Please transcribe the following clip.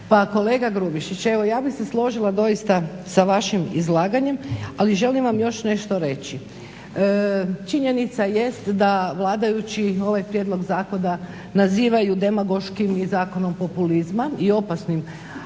Pa kolega Grubišić evo ja bih se složila doista sa vašim izlaganjem, ali želim vam još nešto reći. Činjenica jest da vladajući ovaj prijedlog zakona nazivaju demagoškim i zakonom populizma i opasnim,